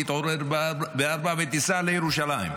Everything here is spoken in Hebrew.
תתעורר ב-04:00 ותיסע לירושלים,